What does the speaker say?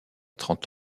trente